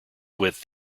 with